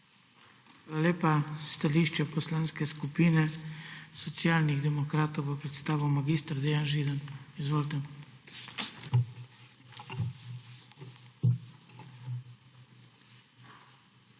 lepa. Stališče Poslanske skupine Socialnih demokratov bo predstavil mag. Dejan Židan. Izvolite.